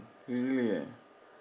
really ah